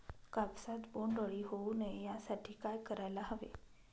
कापसात बोंडअळी होऊ नये यासाठी काय करायला हवे?